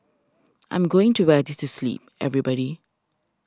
I'm going to wear this to sleep everybody